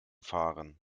fahren